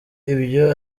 ibyo